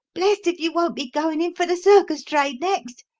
blest if you won't be goin' in for the circus trade next!